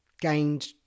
gained